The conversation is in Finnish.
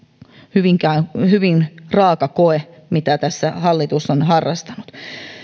hyvin hyvin raaka koe mitä tässä hallitus on harrastanut